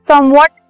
Somewhat